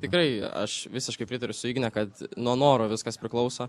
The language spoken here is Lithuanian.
tikrai aš visiškai pritariu su igne kad nuo noro viskas priklauso